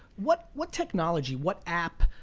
what what technology, what app,